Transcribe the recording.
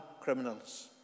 criminals